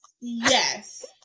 Yes